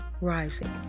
rising